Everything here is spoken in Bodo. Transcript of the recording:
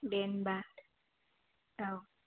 दे होमबा औ